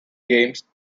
games